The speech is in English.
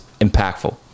impactful